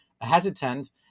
hesitant